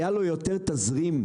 היה לו יותר תזרים,